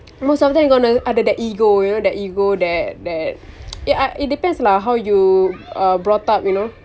most of them gonna ada that ego you know that ego that that it depends lah how you are brought up you know